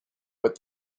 what